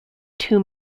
two